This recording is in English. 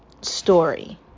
story